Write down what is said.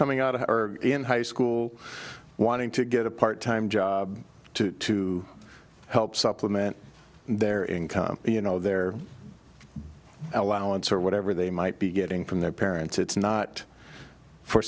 coming out of our in high school wanting to get a part time job to help supplement their income you know their allowance or whatever they might be getting from their parents it's not for